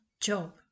job